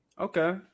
okay